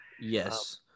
Yes